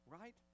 right